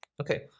Okay